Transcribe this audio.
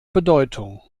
bedeutung